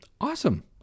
Awesome